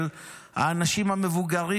של האנשים המבוגרים,